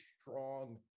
strong